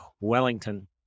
Wellington